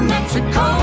Mexico